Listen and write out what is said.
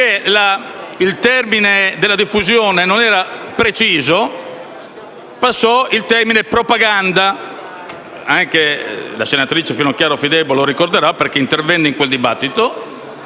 il termine «diffusione» non era preciso, passò il termine «propaganda»; anche la senatrice Finocchiaro Fidelbo lo ricorderà, perché intervenne in quel dibattito.